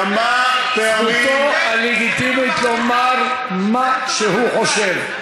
זכותו הלגיטימית לומר מה שהוא חושב.